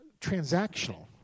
transactional